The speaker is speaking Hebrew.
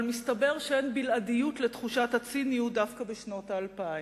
אבל מסתבר שאין בלעדיות לתחושת הציניות דווקא בשנות האלפיים,